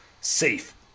safe